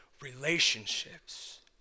relationships